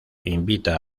invita